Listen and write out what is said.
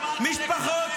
למה הצבעת נגד החיילים?